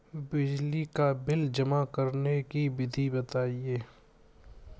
बिजली का बिल जमा करने की विधि बताइए?